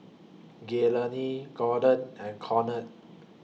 Gaylene Corda and Conard